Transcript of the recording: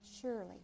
surely